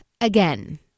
again